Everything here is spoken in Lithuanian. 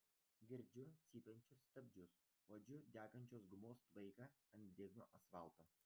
girdžiu cypiančius stabdžius uodžiu degančios gumos tvaiką ant drėgno asfalto